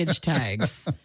tags